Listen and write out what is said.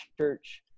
church